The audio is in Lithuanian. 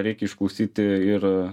reikia išklausyti ir